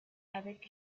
avec